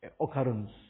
occurrence